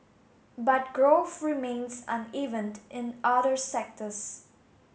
but growth remains uneven in other sectors